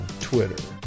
Twitter